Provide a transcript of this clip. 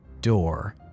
door